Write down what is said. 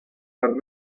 las